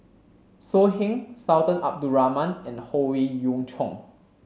So Heng Sultan Abdul Rahman and Howe Yoon Chong